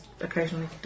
occasionally